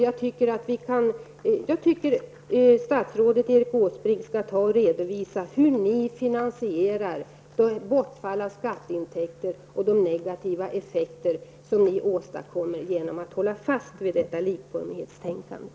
Jag tycker att statsrådet Erik Åsbrink skall redovisa hur ni finansierar de fortfallna skatteintäkerna och de negativa effekter som ni åstadkommer genom att hålla fast vid detta likformighetstänkande.